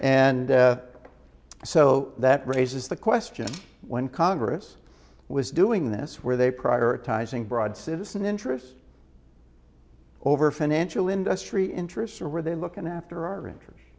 and so that raises the question when congress was doing this where they prioritizing broad citizen interest over financial industry interests or are they looking after our interests